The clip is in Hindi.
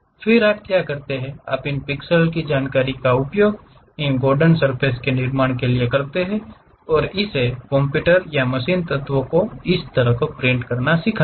फिर आप क्या करते हैं आप उन पिक्सेल जानकारी का उपयोग इन गॉर्डन सर्फ़ेस के निर्माण के लिए करते हैं और इसे कंप्यूटर या उस मशीन तत्व को इस तरह से प्रिंट करना सिखाते हैं